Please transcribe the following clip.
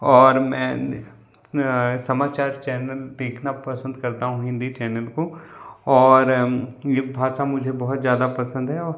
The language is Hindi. और मैंने समाचार चैनल देखना पसंद करता हूँ हिंदी चैनल को और यह भाषा मुझे बहुत ज़्यादा पसंद है और